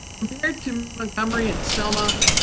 compared to montgomery and selma,